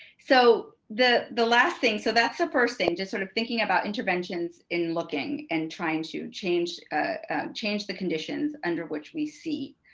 so the the last thing, so that's the first thing, just sort of thinking about interventions in looking and trying to change change the conditions under which we see.